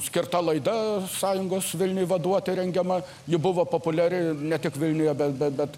skirta laida sąjungos vilniui vaduoti rengiama ji buvo populiari ne tik vilniuje be bet